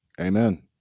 Amen